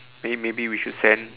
may~ maybe we should send